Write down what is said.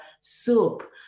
soup